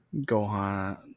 gohan